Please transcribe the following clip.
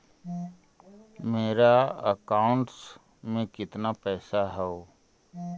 मेरा अकाउंटस में कितना पैसा हउ?